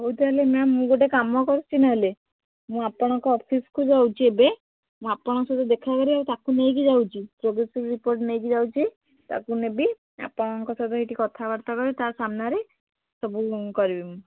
ହଉ ତାହେଲେ ମ୍ୟାମ୍ ମୁଁ ଗୋଟେ କାମ କରୁଛି ନହେଲେ ମୁଁ ଆପଣଙ୍କ ଅଫିସ୍କୁ ଯାଉଛି ଏବେ ମୁଁ ଆପଣ ସହିତ ଦେଖାକରିବି ଆଉ ତାକୁ ନେଇକି ଯାଉଛି ପ୍ରୋଗ୍ରେସ୍ ରିପୋର୍ଟ ନେଇକି ଯାଉଛି ତାକୁ ନେବି ଆପଣଙ୍କ ସହିତ ସେଇଠି କଥାବାର୍ତ୍ତା କରିବି ତା ସାମ୍ନାରେ ସବୁ କରିବି ମୁଁ